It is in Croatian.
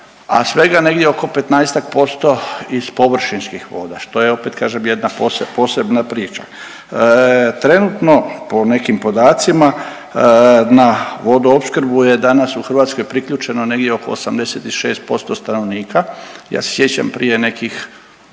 a svega negdje oko 15-ak posto iz površinskih voda što je opet kažem jedna posebna priča. Trenutno po nekim podacima na vodoopskrbu je danas u Hrvatskoj priključeno negdje oko 86% stanovnika. Ja se sjećam prije nekih